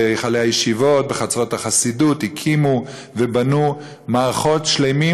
בהיכלי הישיבות ובחצרות החסידות הקימו ובנו מערכות שלמות